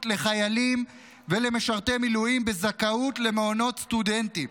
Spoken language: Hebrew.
לחיילים ולמשרתי מילואים בזכאות למעונות סטודנטים.